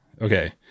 Okay